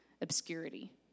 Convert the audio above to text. obscurity